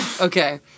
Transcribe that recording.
Okay